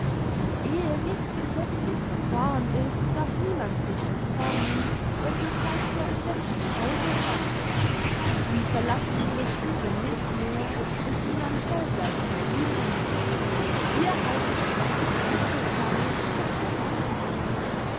ehe nicht gesetzlich verfahren ist darf niemand sich entfernen der zur zeit der entdeckung im hause war sie verlassen ihre stube nicht mehr und die mamsell bleibt bei ihnen hier heißt es mitgefangen mitgehangen